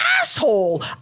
asshole